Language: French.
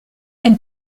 elle